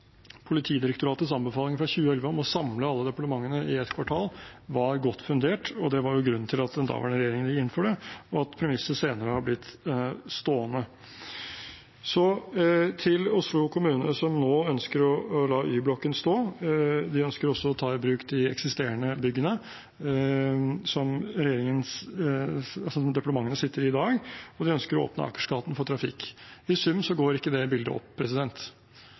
Politidirektoratets anbefaling fra 2011 om å samle alle departementene i ett kvartal var godt fundert. Det var grunnen til at den daværende regjeringen gikk inn for det, og at ministre senere er blitt stående ved det. Så til Oslo kommune, som nå ønsker å la Y-blokken stå. De ønsker også å ta i bruk de eksisterende byggene som departementene besitter i dag, og de ønsker å åpne Akersgata for trafikk. I sum går ikke det bildet opp.